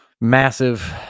massive